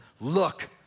look